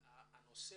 אני מכיר את הנושא